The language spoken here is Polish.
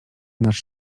nasz